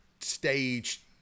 stage